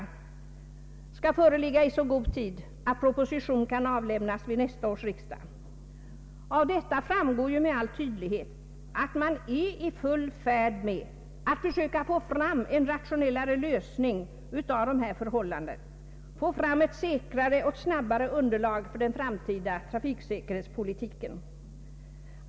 skall föreligga i så god tid att proposition kan avlämnas vid nästa års riksdag. Av detta framgår med all tydlighet att man är i full färd med att försöka få fram en rationellare lösning för att säkrare och snabbare skapa ett underlag för den framtida trafiksäkerhetspolitiken.